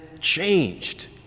changed